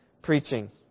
Preaching